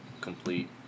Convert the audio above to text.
complete